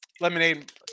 lemonade